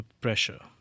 pressure